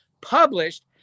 published